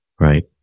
Right